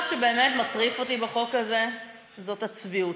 הדבר שבאמת מטריף אותי בחוק הזה זאת הצביעות.